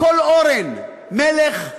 כל אורן מלך,